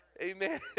Amen